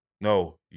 No